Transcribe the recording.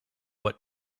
what